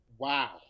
Wow